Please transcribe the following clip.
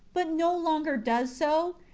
but no longer does so,